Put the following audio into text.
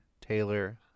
Taylor